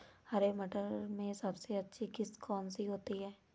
हरे मटर में सबसे अच्छी किश्त कौन सी होती है?